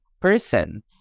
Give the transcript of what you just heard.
person